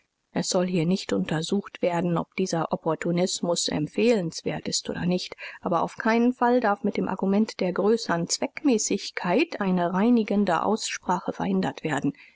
es soll hier nicht untersucht werden ob dieser opportunismus empfehlenswert ist oder nicht aber auf keinen fall darf mit dem argument der größern zweckmäßigkeit eine reinigende aussprache verhindert werden